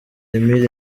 emile